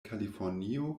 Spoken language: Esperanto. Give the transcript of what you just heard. kalifornio